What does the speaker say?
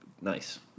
nice